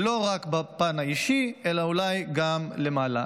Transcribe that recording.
-- לא רק בפן האישי, אלא אולי גם למעלה.